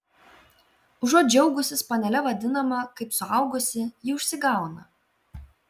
užuot džiaugusis panele vadinama kaip suaugusi ji užsigauna